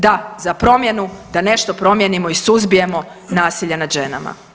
Da, za promjenu da nešto promijenimo i suzbijemo nasilje nad ženama.